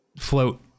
float